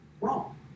wrong